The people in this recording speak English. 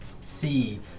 see